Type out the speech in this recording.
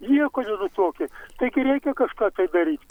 nieko nenutuokia taigi reikia kažką tai daryt